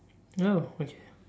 oh okay